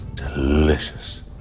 delicious